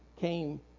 came